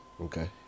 Okay